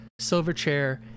Silverchair